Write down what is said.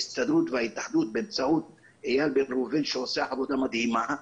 ההסתדרות וההתאחדות באמצעות איל בן ראובן שעושה עבודה מדהימה,